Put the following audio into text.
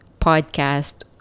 podcast